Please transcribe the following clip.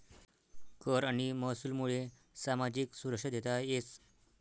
कर आणि महसूलमुये सामाजिक सुरक्षा देता येस